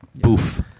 Boof